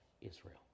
Israel